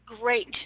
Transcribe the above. great